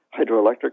hydroelectric